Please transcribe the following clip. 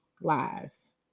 lies